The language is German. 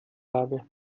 habe